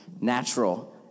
natural